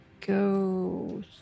go